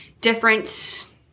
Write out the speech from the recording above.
different